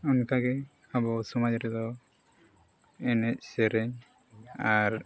ᱚᱱᱠᱟᱜᱮ ᱟᱵᱚ ᱥᱚᱢᱟᱡᱽ ᱨᱮᱫᱚ ᱮᱱᱮᱡ ᱥᱮᱨᱮᱧ ᱟᱨ